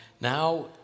now